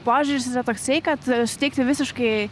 požiūris yra toksai kad suteikti visiškai